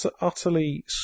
Utterly